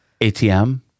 ATM